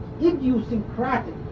idiosyncratic